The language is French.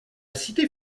cité